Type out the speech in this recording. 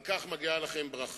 על כך מגיעה לכם ברכה.